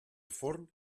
forn